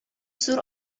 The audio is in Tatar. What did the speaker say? зур